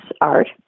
art